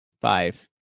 five